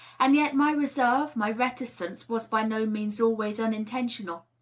and yet my reserve, my reticence, was by no means always uninten tional.